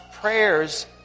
prayers